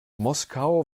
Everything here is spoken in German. moskau